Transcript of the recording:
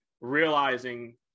realizing